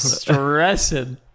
stressing